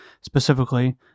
specifically